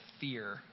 fear